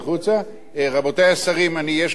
רבותי השרים, יש לי בקשה אליכם.